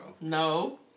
No